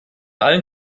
allen